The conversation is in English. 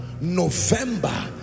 November